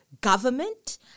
government